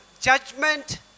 judgment